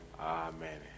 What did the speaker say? Amen